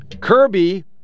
Kirby